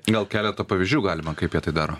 gal keletą pavyzdžių galima kaip jie tai daro